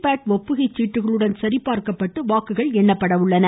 bad ஒப்புகை சீட்டுகளுடன் சரிபார்க்கப்பட்டு வாக்குகள் எண்ணப்படுகின்றன